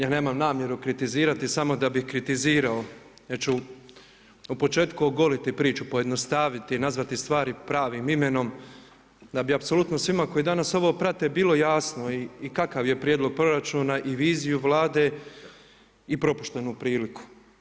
Ja nemam namjeru kritizirati samo da bi kritizirao, ja ću u početku ogoliti priču, pojednostaviti, nazvati stvari pravim imenom da bi apsolutno svima koji danas ovo prate bilo jasno i kakav je prijedlog proračuna i viziju Vlade i propuštenu priliku.